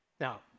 Now